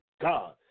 God